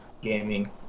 gaming